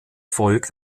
folgt